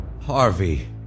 Harvey